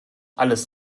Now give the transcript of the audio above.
alles